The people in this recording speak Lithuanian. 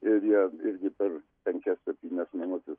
ir jie irgi per penkias septynias minutes